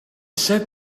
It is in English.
said